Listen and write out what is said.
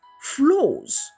flows